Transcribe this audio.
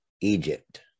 Egypt